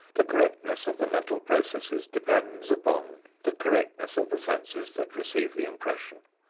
the correctness of the mental processes depends upon the correctness of the senses that receive the impression,